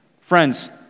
Friends